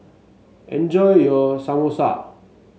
enjoy your Samosa